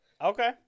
Okay